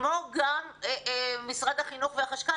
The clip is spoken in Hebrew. כמו גם משרד החינוך והחשכ"ל.